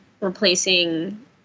replacing